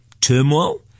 turmoil